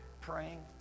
praying